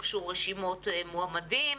הוגשו רשימות מועמדים,